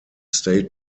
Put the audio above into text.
state